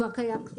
כבר קיים.